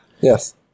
Yes